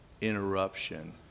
interruption